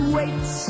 wait